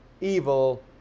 evil